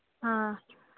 ꯑꯥ